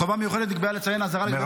חובה מיוחדת נקבעה לציין -- מירב, מירב.